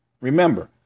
Remember